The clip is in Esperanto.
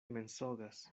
mensogas